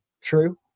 true